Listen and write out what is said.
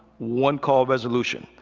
one-call resolution.